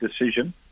decision